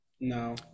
No